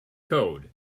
code